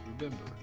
Remember